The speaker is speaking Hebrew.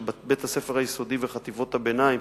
של בית-הספר היסודי וחטיבת הביניים,